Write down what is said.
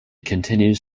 continues